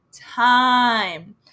time